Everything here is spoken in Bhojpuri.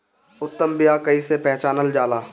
उत्तम बीया कईसे पहचानल जाला?